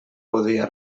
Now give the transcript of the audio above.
podia